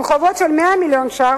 עם חובות של 100 מיליון שקלים,